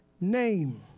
name